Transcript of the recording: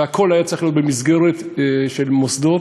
והכול היה צריך להיות במסגרת של מוסדות,